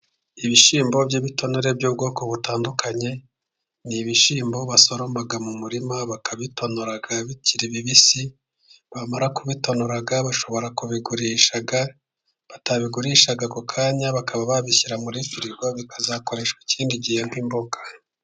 Ibishyimbo by'ibitonore by'ubwoko butandukanye, ni ibishyimbo basoroma mu murima bakabitonora bikiri bibisi, bamara kubitonora bashobora kubigurisha, batabigurisha ako kanya bakaba babishyira muri firigo bikazakoreshwa ikindi gihe nk'imboga.